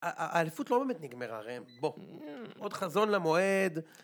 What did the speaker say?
האליפות לא באמת נגמרה, הרי בוא, עוד חזון למועד.